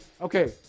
Okay